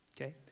okay